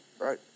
right